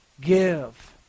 Give